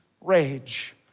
rage